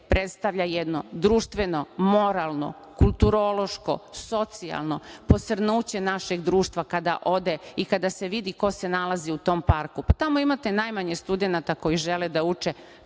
predstavlja jedno društveno, moralno, kulturološko, socijalno posrnuće našeg društva, kada ode i kada se vidi ko se nalaziu tom parku. Tamo imate najmanje studenata koji žele da uče,